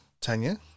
Tanya